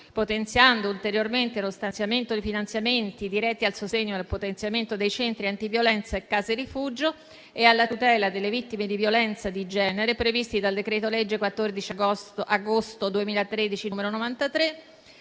potenziando ulteriormente lo stanziamento di finanziamenti diretti al sostegno e al potenziamento dei centri antiviolenza e case rifugio e alla tutela delle vittime di violenza di genere previsti dal decreto-legge 14 agosto 2013, n. 93,